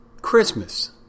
Christmas